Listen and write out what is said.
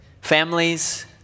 families